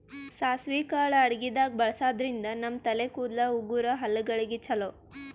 ಸಾಸ್ವಿ ಕಾಳ್ ಅಡಗಿದಾಗ್ ಬಳಸಾದ್ರಿನ್ದ ನಮ್ ತಲೆ ಕೂದಲ, ಉಗುರ್, ಹಲ್ಲಗಳಿಗ್ ಛಲೋ